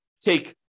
take